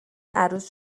عروس